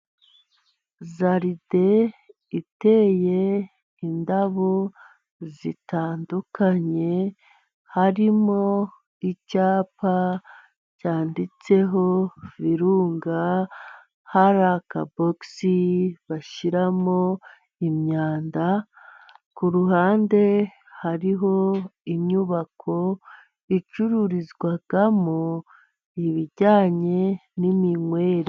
Jaride iteyemo indabo zitandukanye, harimo icyapa cyanditseho Virunga . Hari akabogisi bashyiramo imyanda. Ku ruhande hariho inyubako icururizwamo ibijyanye n'iminywere.